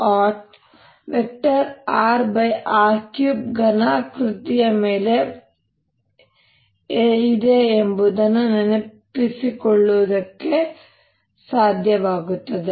rr3 ಘನಾಕೃತಿಯ ಮೇಲೆ ಎಂದು ನೆನಪಿಸಿಕೊಳ್ಳುವುದಕ್ಕೆ ಹೋಲುತ್ತದೆ